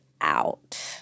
out